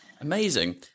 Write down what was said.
Amazing